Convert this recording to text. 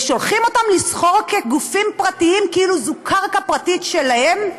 ושולחים אותם לסחור כגופים פרטיים כאילו זו קרקע פרטית שלהם,